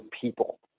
people